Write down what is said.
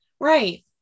Right